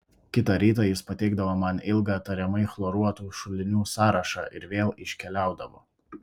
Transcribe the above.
kitą rytą jis pateikdavo man ilgą tariamai chloruotų šulinių sąrašą ir vėl iškeliaudavo